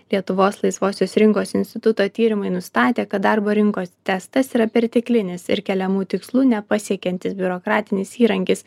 lietuvos laisvosios rinkos instituto tyrimai nustatė kad darbo rinkos testas yra perteklinis ir keliamų tikslų nepasiekiantis biurokratinis įrankis